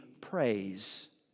praise